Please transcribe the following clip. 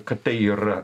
kad tai yra